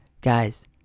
Guys